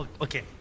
Okay